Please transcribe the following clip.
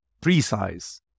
precise